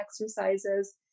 exercises